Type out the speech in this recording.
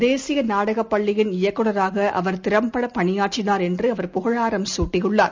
தேசியநாடகபள்ளியின் இயக்குநராகஅவர் திறம்பட் பணியாற்றினார் என்றுஅவர் புகழாரம் சூட்டியுள்ளார்